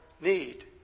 need